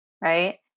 right